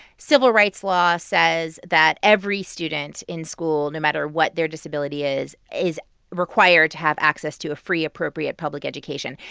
civil rights law says that every student in school, no matter what their disability is, is required to have access to a free appropriate public education.